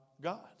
God